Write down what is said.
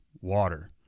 water